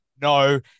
no